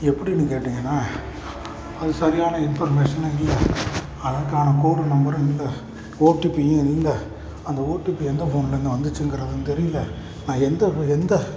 எப்படின்னு கேட்டீங்கன்னால் அது சரியான இன்ஃபர்மேஷனும் இல்லை அதற்கான கோடும் நம்பரும் இல்லை ஓடிபியும் இல்லை அந்த ஓடிபி எந்த ஃபோன்லேருந்து வந்துச்சுங்கிறதும் தெரியலை நான் எங்கே போய் எந்த